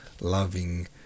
loving